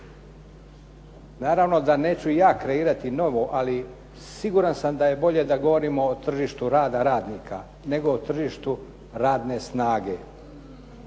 Naravno da neću ja kreirati novo, ali siguran sam da je bolje da govorimo o tržištu rada radnika nego o tržištu radne snage.